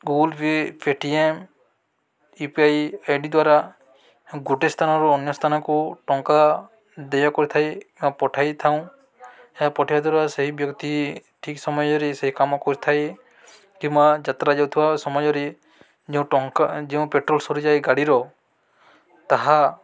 Google Pay Paytm U P I I D ଦ୍ୱାରା ଗୋଟେ ସ୍ଥାନରୁ ଅନ୍ୟ ସ୍ଥାନକୁ ଟଙ୍କା ଦୟା କରିଥାଏ କିମ୍ବା ପଠାଇଥାଉ ଏହା ପଠାଇବା ଦ୍ୱାରା ସେହି ବ୍ୟକ୍ତି ଠିକ୍ ସମୟରେ ସେହି କାମ କରିଥାଏ କିମ୍ବା ଯାତ୍ରା ଯାଉଥିବା ସମୟରେ ଯେଉଁ ଟଙ୍କା ଯେଉଁ ପେଟ୍ରୋଲ୍ ସରିଯାଏ ଗାଡ଼ିର ତାହା